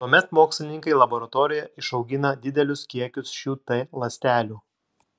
tuomet mokslininkai laboratorijoje išaugina didelius kiekius šių t ląstelių